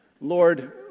Lord